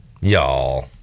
Y'all